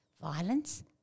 violence